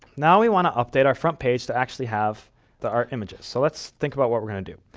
now we want to update our front page to actually have the art images. so let's think about what we're going to do.